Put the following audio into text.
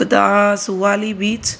हिक त आहे सुवाली बीच